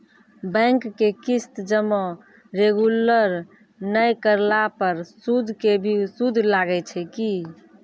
Bank के किस्त जमा रेगुलर नै करला पर सुद के भी सुद लागै छै कि?